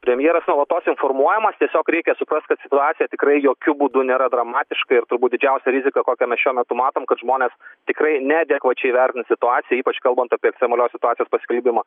premjeras nuolatos informuojamas tiesiog reikia suprast kad situacija tikrai jokiu būdu nėra dramatiška ir turbūt didžiausia rizika kokią mes šiuo metu matom kad žmonės tikrai neadekvačiai vertina situaciją ypač kalbant apie ekstremalios situacijos paskelbimą